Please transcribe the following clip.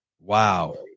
Wow